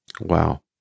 Wow